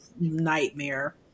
nightmare